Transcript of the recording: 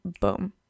Boom